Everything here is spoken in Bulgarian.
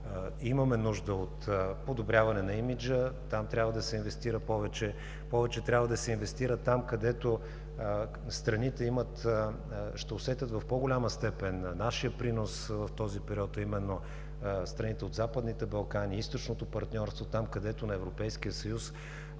имаме нужда от подобряване на имиджа, трябва да се инвестира повече. Повече трябва да се инвестира там, където страните ще усетят в по-голяма степен нашия принос в този период, а именно страните от Западните Балкани, източното партньорство, там, където на Европейския съюз